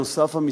נוסף על כך,